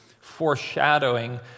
foreshadowing